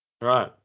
Right